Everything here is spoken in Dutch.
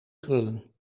krullen